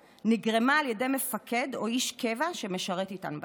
נגרמה על ידי מפקד או איש קבע שמשרת איתן ביחידה.